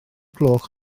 gloch